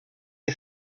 que